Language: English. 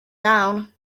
down